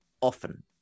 often